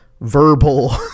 verbal